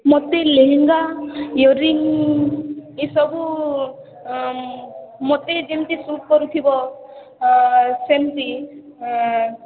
ମତେ ଲେହେଙ୍ଗା ଇଅରିଂ ଇସବୁ ମତେ ଯେମିତି ସୁଟ୍ କରୁଥିବ ସେମିତି